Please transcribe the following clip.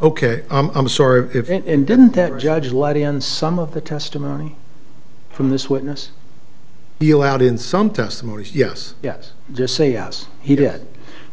ok i'm sorry if and didn't that judge let in some of the testimony from this witness be allowed in some testimony yes yes just say yes he did